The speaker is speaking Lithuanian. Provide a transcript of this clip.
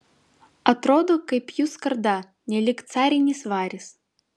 atrodo kaip jų skarda nelyg carinis varis